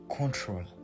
Control